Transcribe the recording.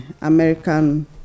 American